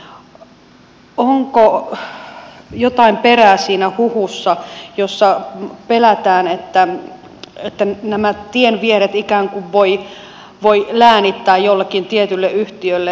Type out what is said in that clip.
onko jotain perää siinä huhussa jossa pelätään että nämä tienvieret ikään kuin voi läänittää jollekin tietylle yhtiölle